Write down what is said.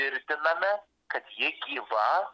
tvirtiname kad ji gyva